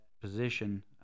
position